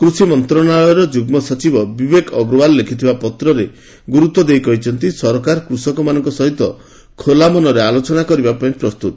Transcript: କୃଷି ମନ୍ତ୍ରଣାଳୟର ଯୁଗ୍ମ ସଚିବ ବିବେକ୍ ଅଗ୍ରୱାଲ୍ ଲେଖିଥିବା ପତ୍ରରେ ଗୁରୁତ୍ୱ ଦେଇ କହିଛନ୍ତି ସରକାର କୃଷକମାନଙ୍କ ସହିତ ଖୋଲା ମନରେ ଆଲୋଚନା କରିବାପାଇଁ ପ୍ରସ୍ତୁତ